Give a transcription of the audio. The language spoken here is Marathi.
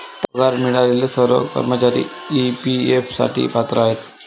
पगार मिळालेले सर्व कर्मचारी ई.पी.एफ साठी पात्र आहेत